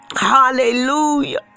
Hallelujah